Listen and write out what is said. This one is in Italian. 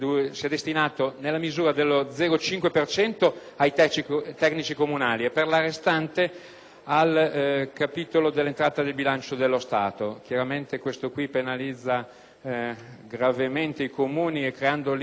ai tecnici comunali e, per la restante parte, al capitolo delle entrate del bilancio dello Stato. Chiaramente, ciò penalizza gravemente i Comuni, mettendoli nell'impossibilità di fatto di potere affidare